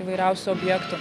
įvairiausių objektų